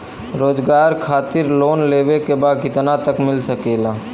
रोजगार खातिर लोन लेवेके बा कितना तक मिल सकेला?